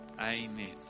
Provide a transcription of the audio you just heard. amen